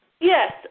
yes